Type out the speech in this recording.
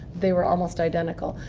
they were almost identical.